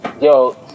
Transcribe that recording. Yo